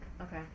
Okay